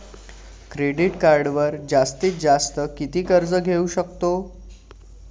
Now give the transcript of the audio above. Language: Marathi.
क्रेडिट कार्डवर जास्तीत जास्त किती कर्ज घेऊ शकतो?